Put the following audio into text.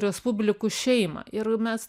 respublikų šeimą ir mes